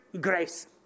grace